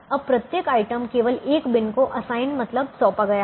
अब प्रत्येक आइटम केवल 1 बिन को असाइन मतलब सौंपा गया है